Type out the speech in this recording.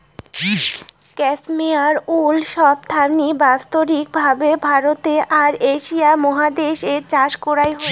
cashmere wool সব থাকি বিস্তারিত ভাবে ভারতে আর এশিয়া মহাদেশ এ চাষ করাং হই